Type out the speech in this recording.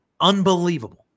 unbelievable